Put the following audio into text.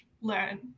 learn